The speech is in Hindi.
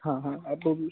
हाँ हाँ अब